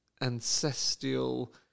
ancestral